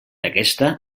aquesta